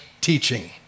teaching